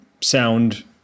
sound